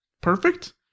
perfect